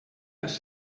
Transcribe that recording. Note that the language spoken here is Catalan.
les